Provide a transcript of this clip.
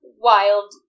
wild